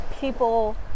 people